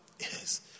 Yes